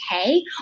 okay